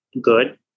good